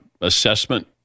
assessment